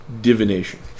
divination